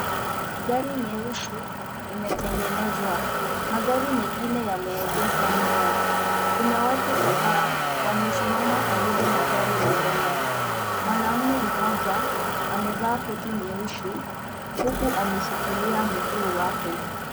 Gari nyeusi imetengenezwa magari mengine yameegeshwa nyuma . Kuna watu kadhaa wamesimama karibu na gari la mbele, mwanaume mmoja amevaa koti nyeusi huku ameshikilia mguu wake.